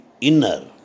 inner